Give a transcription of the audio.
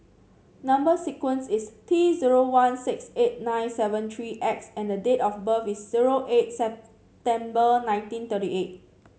number sequence is T zero one six eight nine seven three X and the date of birth is zero eight September nineteen thirty eight